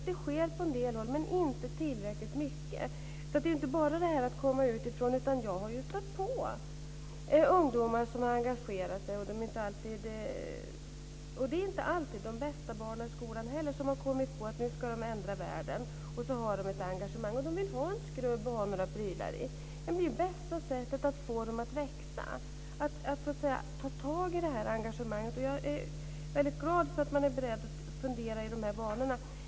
Det sker på en del håll, men inte tillräckligt mycket. Jag har stött på ungdomar som har engagerat sig - det är inte alltid de bästa barnen i skolan - och som har kommit på att de ska ändra världen. De känner ett engagemang. De vill ha en skrubb att ha några prylar i. Att ta tag i detta engagemang är det bästa sättet att få dem att växa. Jag är väldigt glad för att man är beredd att fundera i dessa banor.